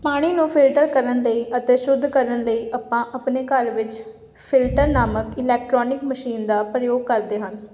ਪਾਣੀ ਨੂੰ ਫਿਲਟਰ ਕਰਨ ਲਈ ਅਤੇ ਸ਼ੁੱਧ ਕਰਨ ਲਈ ਆਪਾਂ ਆਪਣੇ ਘਰ ਵਿੱਚ ਫਿਲਟਰ ਨਾਮਕ ਇਲੈਕਟਰੋਨਿਕ ਮਸ਼ੀਨ ਦਾ ਪ੍ਰਯੋਗ ਕਰਦੇ ਹਨ